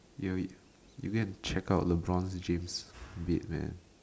you you go and check out LeBron James bed man